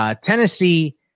Tennessee